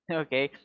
okay